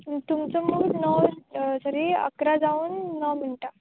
तुमचो म्हुर्त न्हू सॉरी इकरा जावन णव मिनटां